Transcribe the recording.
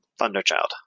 Thunderchild